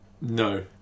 No